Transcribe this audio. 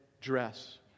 dress